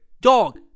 Dog